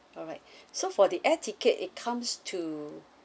alright so for the air ticket it comes to